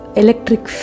electric